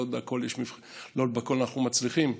לא בכול אנחנו מצליחים,